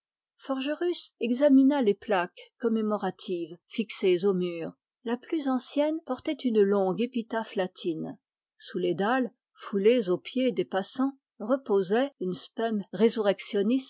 forgerus examina les plaques commémoratives fixées au mur la plus ancienne portait une longue épitaphe latine sous les dalles foulés aux pieds des passants reposaient in spem resurrectionis